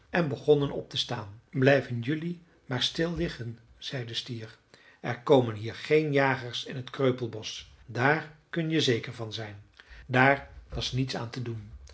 en begonnen op te staan blijven jelui maar stil liggen zei de stier er komen hier geen jagers in t kreupelbosch daar kun je zeker van zijn daar was niets aan te doen